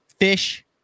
fish